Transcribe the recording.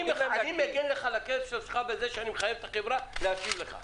אני מגן לך על הכסף שלך בזה שאני מחייב את החברה להשיב לך.